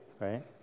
right